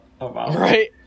right